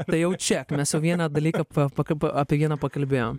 tai jau check mes jau vieną dalyką pa pak apie vieną pakalbėjom